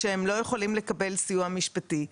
שהם לא יכולים לקבל סיוע משפטי.